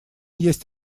есть